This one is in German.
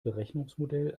berechnungsmodell